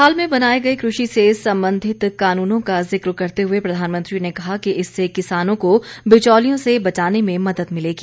हाल में बनाए गए कृषि से संबंधित कानूनों का जिक्र करते हुए प्रधानमंत्री ने कहा कि इससे किसानों को बिचौलियों से बचाने में मदद मिलेगी